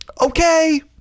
okay